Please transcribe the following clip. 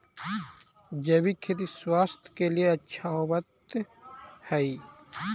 जैविक खेती स्वास्थ्य के लिए अच्छा होवऽ हई